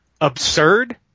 absurd